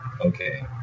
Okay